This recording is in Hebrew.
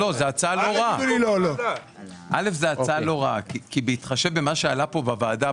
זאת הצעה לא רעה בהתחשב במה שעלה כאן בוועדה,